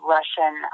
Russian